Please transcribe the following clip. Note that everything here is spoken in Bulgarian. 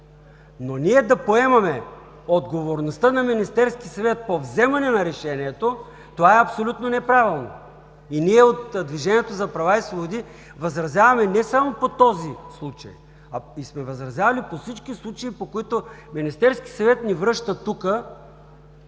Но да поемаме отговорността на Министерския съвет по вземане на решението, това е абсолютно неправилно. И ние от Движението за права и свободи възразяваме не само по този случай, възразявали сме по всички случаи, по които Министерският съвет ни връща тук